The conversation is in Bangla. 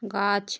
গাছ